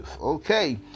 okay